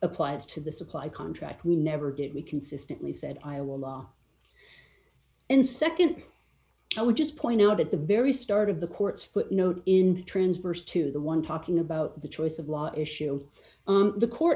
applies to the supply contract we never did we consistently said iowa law and nd i would just point out at the very start of the court's footnote in transverse to the one talking about the choice of law issue the court